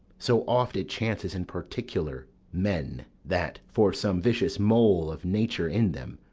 so oft it chances in particular men that, for some vicious mole of nature in them,